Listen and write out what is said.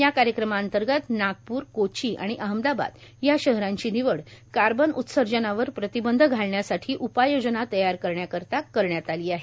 या कार्यक्रमाअंतर्गत नागपूर कोच्ची आणि अहमदाबाद या शहरांची निवड कार्बन उत्सर्जनावर प्रतिबंध घालण्यासाठी उपाययोजना तयार करण्याबाबत करण्यात आली आहे